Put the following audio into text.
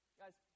guys